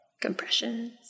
compressions